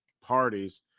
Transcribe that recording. parties